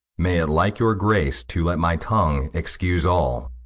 may it like your grace, to let my tongue excuse all.